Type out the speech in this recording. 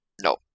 No